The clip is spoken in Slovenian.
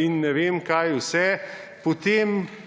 in ne vem kaj vse, potem